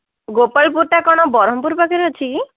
ଗୋପାଳପୁର ଟା କଣ ବରହମ୍ପୁର ପାଖରେ ଅଛି କି